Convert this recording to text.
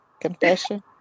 Confession